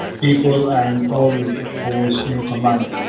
people and all who is in command.